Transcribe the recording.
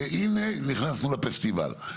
והנה, נכנסנו לפסטיבל.